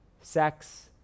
sex